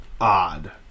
odd